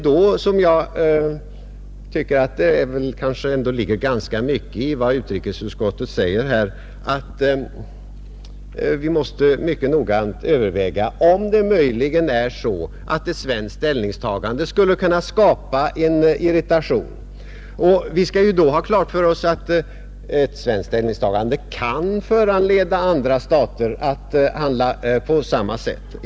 Därför ligger det ganska mycket i vad utrikesutskottet här säger att vi mycket noga måste överväga om möjligen ett svenskt ställningstagande skulle kunna skapa irritation. Vi skall ha klart för oss att ett svenskt ställningstagande kan föranleda andra stater att handla på samma sätt.